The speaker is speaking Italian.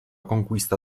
conquista